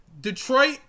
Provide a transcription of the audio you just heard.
Detroit